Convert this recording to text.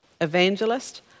evangelist